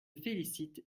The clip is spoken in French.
félicite